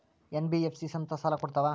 NBF ಸಂಸ್ಥಾ ಸಾಲಾ ಕೊಡ್ತಾವಾ?